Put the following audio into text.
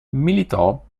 militò